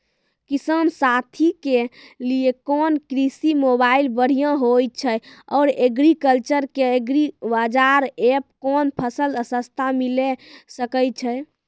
किसान साथी के लिए कोन कृषि मोबाइल बढ़िया होय छै आर एग्रीकल्चर के एग्रीबाजार एप कोन फसल सस्ता मिलैल सकै छै?